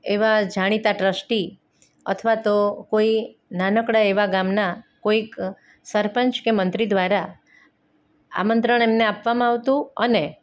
એવા જાણીતા ટ્રસ્ટી અથવા તો કોઈ નાનકડા એવા ગામના કોઈક સરપંચ કે મંત્રી દ્વારા આમંત્રણ એમને આપવામાં આવતું અને